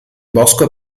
bosco